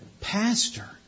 Pastor